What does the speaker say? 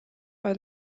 are